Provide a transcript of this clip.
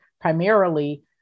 primarily